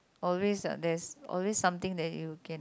always uh there's always something that you can